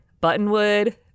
buttonwood